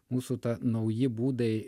mūsų ta nauji būdai